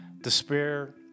Despair